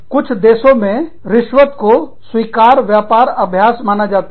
कुछ देशों में रिश्वत घूसखोरी को स्वीकार व्यापार अभ्यास माना जाता है